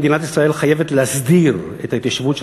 מדינת ישראל חייבת להסדיר את ההתיישבות של